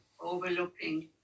overlooking